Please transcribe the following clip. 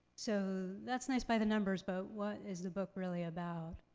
so that's nice by the numbers but what is the book really about?